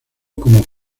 como